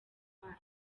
rwanyu